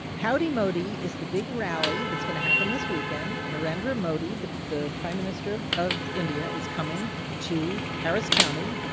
howdy modi is the big rally that's going to happen this weekend. narendra modi, the the prime minister of of india, is coming to harris county,